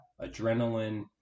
adrenaline